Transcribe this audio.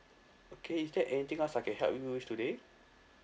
okay is there anything else I can help you with today